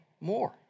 more